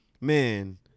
Man